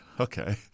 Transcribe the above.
okay